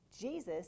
Jesus